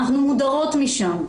אנחנו מודרות משם,